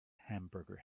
hamburger